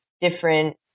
different